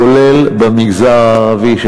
כולל במגזר הערבי,